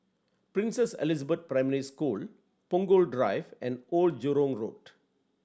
Princess Elizabeth Primary School Punggol Drive and Old Jurong Road